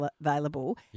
available